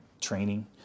training